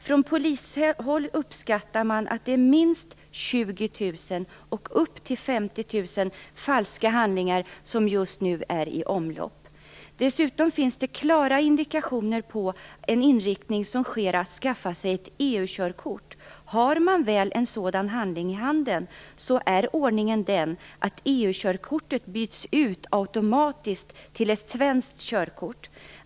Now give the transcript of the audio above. Från polishåll uppskattar man att minst 20 000 upp till 50 000 falska handlingar just nu är i omlopp. Dessutom finns det klara indikationer på en inriktning att skaffa sig ett EU-körkort. Har man väl en sådan handling i handen är ordningen den, att EU körkortet automatiskt byts ut mot ett svenskt körkort.